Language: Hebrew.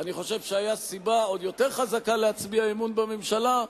אני חושב שהיתה סיבה עוד יותר חזקה להצביע אמון בממשלה,